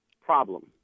problem